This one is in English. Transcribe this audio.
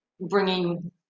bringing